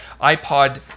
iPod